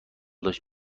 داشت